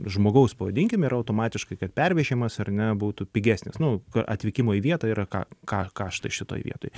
žmogaus pavadinkim yra automatiškai kad pervežimas ar ne būtų pigesnis nu atvykimo į vietą yra ka ka kaštai šitoj vietoj